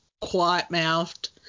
quiet-mouthed